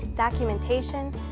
documentation,